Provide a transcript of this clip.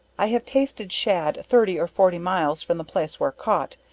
i have tasted shad thirty or forty miles from the place where caught,